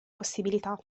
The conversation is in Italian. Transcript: possibilità